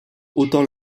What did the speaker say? autant